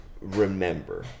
remember